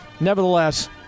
Nevertheless